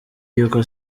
yuko